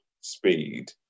speed